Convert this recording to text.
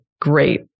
great